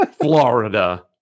Florida